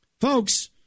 folks